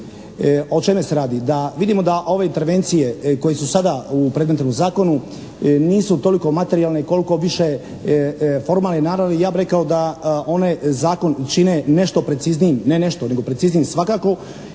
O čemu se radi? Da vidimo da ove intervencije koje su sada u predmetnom zakonu nisu toliko materijalne koliko više formalne naravi. Ja bih rekao da one zakon čine nešto preciznijim, ne nešto, nego preciznijim svakako